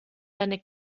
deine